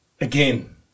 again